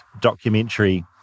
documentary